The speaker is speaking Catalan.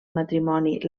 matrimoni